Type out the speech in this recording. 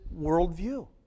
worldview